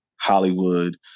Hollywood